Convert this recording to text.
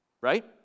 Right